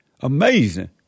Amazing